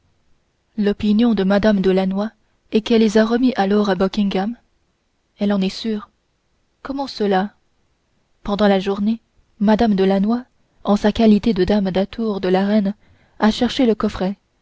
l'opinion de mme de lannoy est qu'elle les a remis alors à buckingham elle en est sûre comment cela pendant la journée mme de lannoy en sa qualité de dame d'atour de la reine a cherché ce coffret